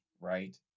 right